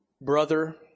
brother